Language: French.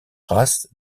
races